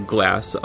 Glass